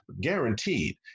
Guaranteed